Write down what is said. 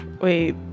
Wait